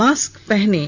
mask पहनें